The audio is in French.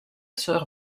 sœur